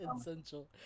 essential